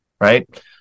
Right